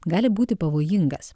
gali būti pavojingas